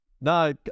No